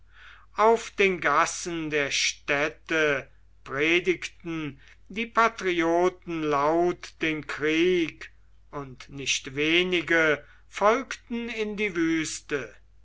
auf den gassen der städte predigten die patrioten laut den krieg und nicht wenige folgten in die wüste